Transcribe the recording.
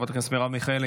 חברת הכנסת מירב מיכאלי,